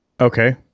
okay